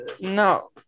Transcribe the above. no